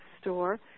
store